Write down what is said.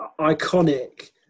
iconic